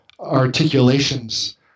articulations